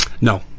No